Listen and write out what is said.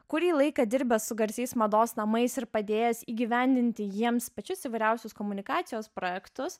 kurį laiką dirbęs su garsiais mados namais ir padėjęs įgyvendinti jiems pačius įvairiausius komunikacijos projektus